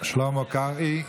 שלמה קרעי,